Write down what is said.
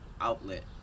outlet